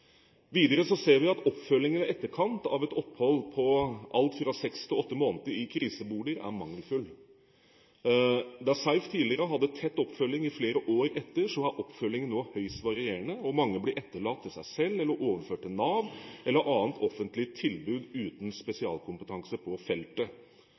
Videre ser vi at oppfølgingen i etterkant av et opphold i krisebolig, på alt fra seks til åtte måneder, er mangelfull. Der SEIF tidligere hadde tett oppfølging i flere år etter, er oppfølgingen nå høyst varierende. Mange blir overlatt til seg selv eller overført til Nav eller et annet offentlig tilbud uten